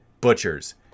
Butchers